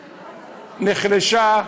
ההתפעלות נחלשה,